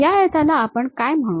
या आयताला आपण काय म्हणू